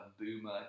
boomer